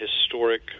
historic